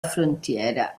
frontiera